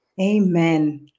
Amen